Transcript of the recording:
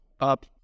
up